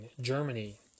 Germany